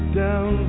down